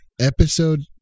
episode